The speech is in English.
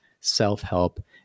self-help